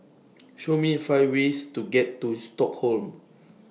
Show Me five ways to get to Stockholm